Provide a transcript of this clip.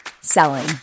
selling